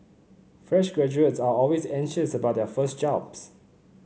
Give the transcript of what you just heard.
fresh graduates are always anxious about their first jobs